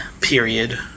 period